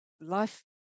life